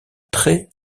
trait